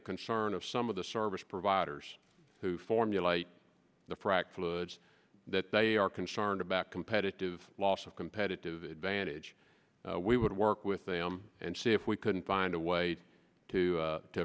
the concern of some of the service providers who formulate the fractal woods that they are concerned about competitive loss of competitive advantage we would work with them and see if we couldn't find a way to